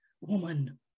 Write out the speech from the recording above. woman